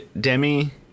Demi